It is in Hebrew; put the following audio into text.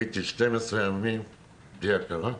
הייתי 12 ימים בלי הכרה.